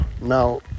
now